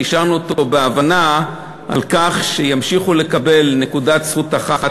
והשארנו אותו בהבנה על כך שימשיכו לקבל נקודת זכות אחת